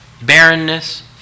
barrenness